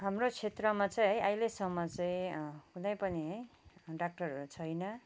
हाम्रो क्षेत्रमा चाहिँ है अहिलेसम्म चाहिँ कुनै पनि डाक्टरहरू छैन